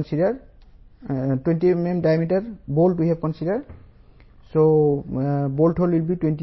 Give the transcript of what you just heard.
ఉంటుంది అంటే 67